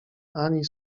ani